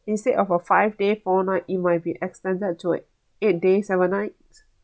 instead of a five day four night it might be extended to a eight day seven night